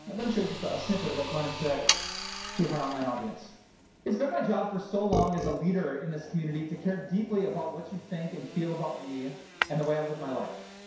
let me show you just a snippet of what glennon said to her online audience it's been my job for so long as a leader in this community to care deeply about what you think and feel about me and the way live my life.